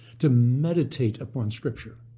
to meditate upon scripture.